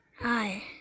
hi